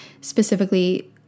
specifically